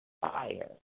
fire